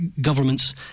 governments